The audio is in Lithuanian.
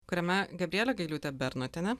kuriame gabrielė gailiūtė bernotienė